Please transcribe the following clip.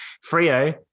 Frio